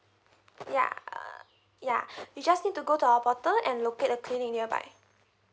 yeah yeah you just need to go to our portal and look at the clinic nearby